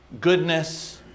goodness